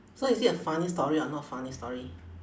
so is it a funny story or not funny story